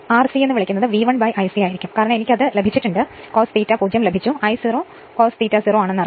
അതിനാൽ R c എന്ന് വിളിക്കുന്നത് V1 I c ആയിരിക്കും കാരണം എനിക്ക് അത് ലഭിച്ചു കാരണം cos ∅ 0 ലഭിച്ചു I0 എനിക്കറിയാം cos ∅ 0 അറിയാം